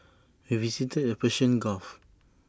we visited the Persian gulf